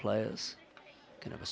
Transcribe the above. players you know the